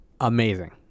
Amazing